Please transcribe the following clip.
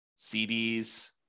CDs